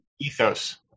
Ethos